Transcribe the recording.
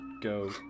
go